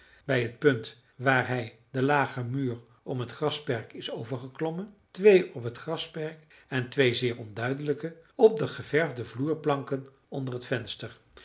bij het punt waar hij den lagen muur om het grasperk is overgeklommen twee op het grasperk en twee zeer onduidelijke op de geverfde vloerplanken onder het venster